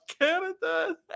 Canada